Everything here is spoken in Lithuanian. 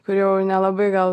kur jau nelabai gal